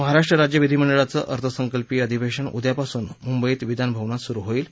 महाराष्ट्र राज्य विधिमंडळाचं अर्थसंकल्पीय अधिवेशन उद्यापासून मुंबईत विधानभवनात सुरु होईल